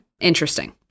interesting